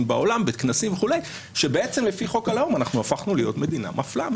בעולם בכנסים וכולי שבעצם לפי חוק הלאום אנחנו הפכנו להיות מדינה מפלה,